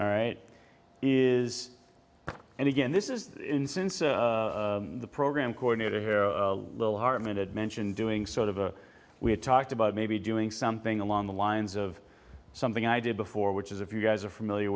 all right is and again this is in since the program coordinator here hartman had mentioned doing sort of a we had talked about maybe doing something along the lines of something i did before which is if you guys are familiar